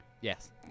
yes